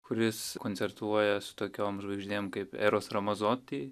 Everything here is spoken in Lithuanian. kuris koncertuoja su tokiom žvaigždėm kaip eros ramazoti